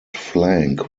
flank